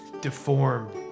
deformed